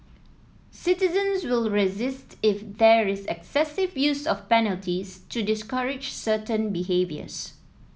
citizens will resist if there is excessive use of penalties to discourage certain behaviours